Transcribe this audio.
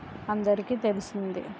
అందరికీ తెలిసిందే